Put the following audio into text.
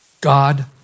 God